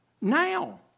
Now